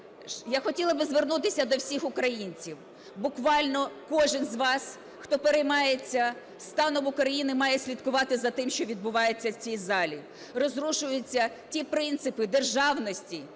Я хотіла би звернутися до всіх українців. Буквально кожен з вас, хто переймається станом України, має слідкувати за тим, що відбувається в цій залі. Розрушуються ті принципи державності,